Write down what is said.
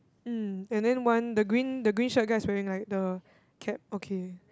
um and then one the green the green shirt guy is wearing like the cap okay